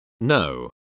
No